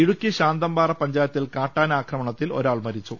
ഇടുക്കി ശാന്തമ്പാറ പഞ്ചായത്തിൽ കാട്ടാന ആക്രമണത്തിൽ ഒരാൾ മരിച്ചു